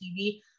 TV